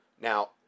Now